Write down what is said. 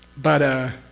but ah.